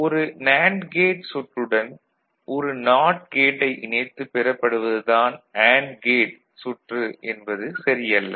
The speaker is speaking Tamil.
ஒரு நேண்டு கேட் சுற்றுடன் ஒரு நாட் கேட்டை இணைத்துப் பெறப்படுவதுதான் அண்டு கேட் சுற்று என்பது சரியல்ல